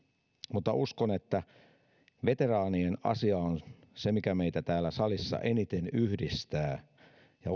mutta uskon että veteraanien asia on se mikä meitä täällä salissa eniten yhdistää ja